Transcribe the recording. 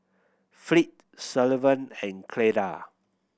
Fleet Sullivan and Cleda